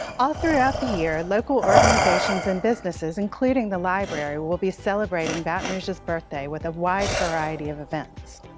all throughout the year local organizations and businesses, including the library will be celebrating baton rouge's birthday with a wide variety of events.